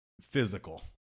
physical